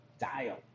dial